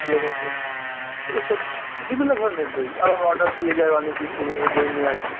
সিলেবাসের এই সব বিভিন্ন ধরনের বই আবার অর্ডার দিয়ে যায় অনেকে সেইভাবে বই নিয়ে আসি